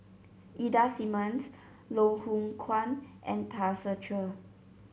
Ida Simmons Loh Hoong Kwan and Tan Ser Cher